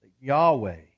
Yahweh